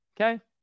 Okay